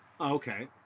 Okay